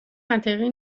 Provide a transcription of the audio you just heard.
منطقی